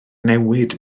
newid